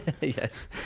yes